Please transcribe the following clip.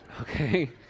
okay